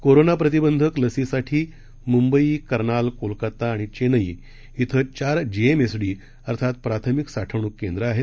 corona प्रतिबंधक लसीसाठी मुंबई कर्नाल कोलकत्ता आणि चेन्नई इथं चार जीएमएसडी अर्थात प्राथमिक साठवणुक केंद्र आहेत